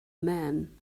man